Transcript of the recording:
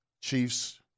Chiefs